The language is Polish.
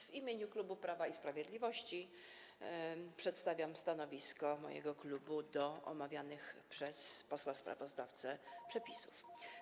W imieniu klubu Prawa i Sprawiedliwości przedstawiam stanowisko mojego klubu wobec omawianych przez posła sprawozdawcę przepisów.